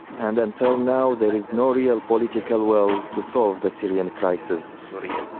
and until now, there was no real political will to solve the syrian crisis. sort of